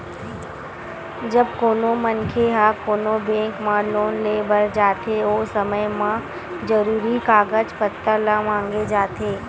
जब कोनो मनखे ह कोनो बेंक म लोन लेय बर जाथे ओ समे म जरुरी कागज पत्तर ल मांगे जाथे